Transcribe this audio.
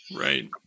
Right